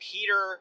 Peter